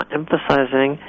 emphasizing